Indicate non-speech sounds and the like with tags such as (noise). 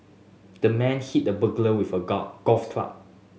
the man hit the burglar with a (unintelligible) golf club